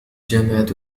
جامعة